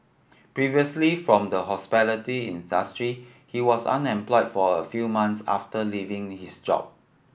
previously from the hospitality industry he was unemployed for a few months after leaving his job